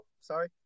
Sorry